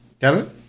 Kevin